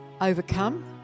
overcome